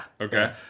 Okay